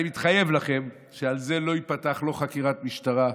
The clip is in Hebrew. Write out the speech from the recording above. אני מתחייב לכם שעל זה לא תיפתח חקירת משטרה,